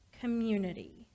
community